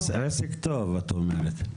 זה עסק טוב, את אומרת?